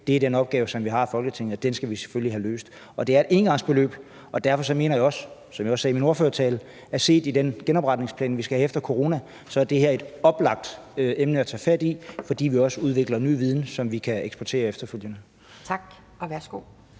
Det er den opgave, vi har i Folketinget, og den skal vi selvfølgelig have løst. Og det er et engangsbeløb, og derfor mener jeg også, som jeg også sagde i min ordførertale, at set i lyset af den genopretningsplan, vi skal have efter corona, er det her et oplagt emne at tage fat i, fordi vi også udvikler ny viden, som vi efterfølgende kan eksportere.